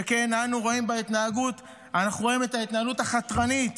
שכן אנחנו רואים את ההתנהלות החתרנית